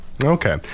Okay